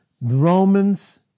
Romans